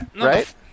Right